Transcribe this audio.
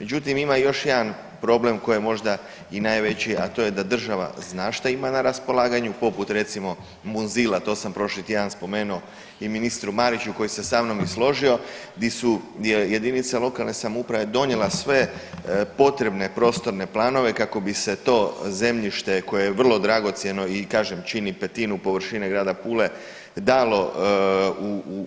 Međutim, ima još jedan problem koji je možda i najveći, a to je da država zna šta ima na raspolaganju poput recimo Munzila to sam prošli tjedan spomenuo i ministru Mariću koji se sa mnom i složio gdje su jedinice lokalne samouprave donijela sve potrebne prostorne planove kako bi se to zemljište koje je vrlo dragocjeno i kažem čini petinu površine grada Pula dalo